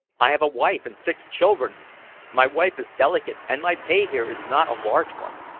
i have a wife and six children my wife is delicate, and my pay here is not a large one.